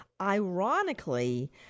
ironically